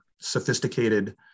sophisticated